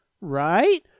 right